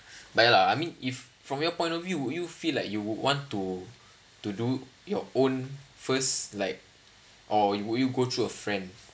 but ya lah I mean if from your point of view you feel like you would want to to do your own first like or would you go through a friend